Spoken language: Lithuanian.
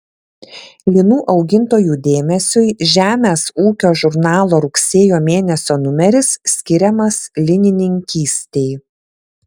linų augintojų dėmesiui žemės ūkio žurnalo rugsėjo mėnesio numeris skiriamas linininkystei